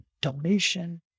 donation